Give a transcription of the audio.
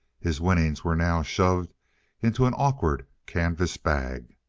his winnings were now shoved into an awkward canvas bag.